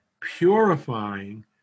purifying